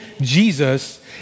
Jesus